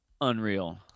unreal